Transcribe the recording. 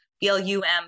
B-L-U-M